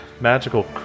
magical